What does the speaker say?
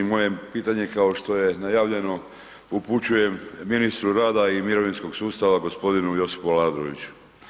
Moje pitanje, kao što je najavljeno, upućujem ministru rada i mirovinskog sustava, g. Josipu Aladroviću.